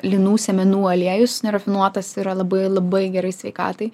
linų sėmenų aliejus nerafinuotas yra labai labai gerai sveikatai